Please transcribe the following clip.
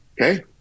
okay